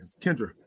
Kendra